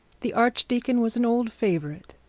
the archdeacon was an old favourite.